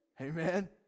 amen